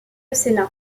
sénat